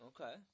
Okay